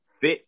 fit